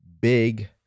big